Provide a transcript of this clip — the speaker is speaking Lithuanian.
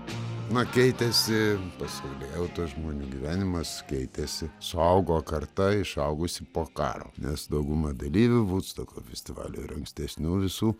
na keitėsi pasaulėjauta žmonių gyvenimas keitėsi suaugo karta išaugusi po karo nes dauguma dalyvių vudstoko festivalio ir ankstesnių visų